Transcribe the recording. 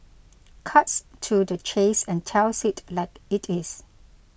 cuts to the chase and tells it like it is